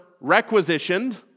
requisitioned